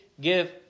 give